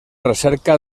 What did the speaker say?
recerca